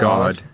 GOD